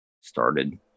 started –